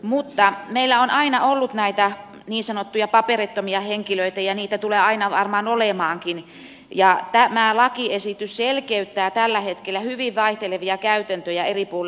mutta meillä on aina ollut näitä niin sanottuja paperittomia henkilöitä ja heitä tulee aina varmaan olemaankin ja tämä lakiesitys selkeyttää tällä hetkellä hyvin vaihtelevia käytäntöjä eri puolilla suomea